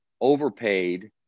overpaid